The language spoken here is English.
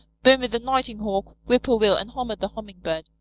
boomer the nighthawk, whippoorwill and hummer the hummingbird.